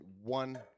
one